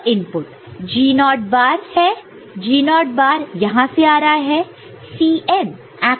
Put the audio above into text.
यह input G0 naught naught bar है G0 naught naught bar यहां से आ रहा है